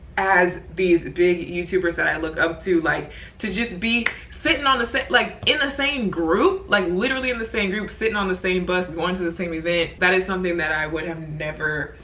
as these big youtubers that i look up to. like to just be sitting on the set like in the same group, like literally in the same group, sitting on the same bus, going to the same event. that is something that i would have never.